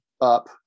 up